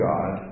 God